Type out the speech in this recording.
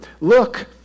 Look